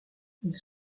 ils